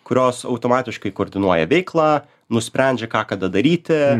kurios automatiškai koordinuoja veiklą nusprendžia ką kada daryti